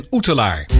Oetelaar